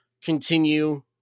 continue